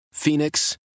Phoenix